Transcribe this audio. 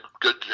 good